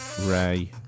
Ray